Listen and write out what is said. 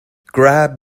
grab